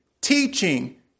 teaching